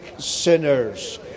sinners